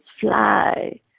fly